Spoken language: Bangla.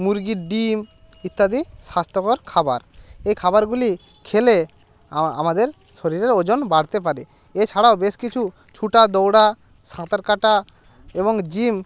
মুরগির ডিম ইত্যাদি স্বাস্থ্যকর খাবার এই খাবারগুলি খেলে আমাদের শরীরের ওজন বাড়তে পারে এছাড়াও বেশ কিছু ছুটা দৌড়া সাঁতার কাটা এবং জিম